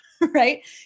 right